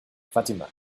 fatima